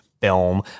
film